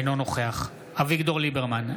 אינו נוכח אביגדור ליברמן,